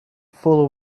full